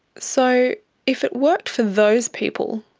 so if it worked for those people,